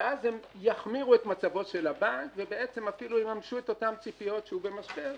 ואז יחמירו את מצבו של הבנק ואפילו יממשו את אותן ציפיות שהוא במשבר,